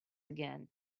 again